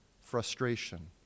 frustration